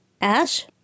Ash